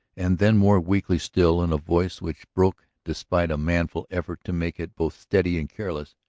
and then, more weakly still, in a voice which broke despite a manful effort to make it both steady and careless,